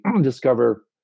discover